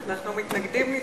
אנחנו מתנגדים לדבריך.